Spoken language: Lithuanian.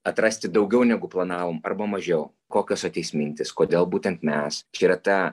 atrasti daugiau negu planavom arba mažiau kokios ateis mintys kodėl būtent mes čia yra ta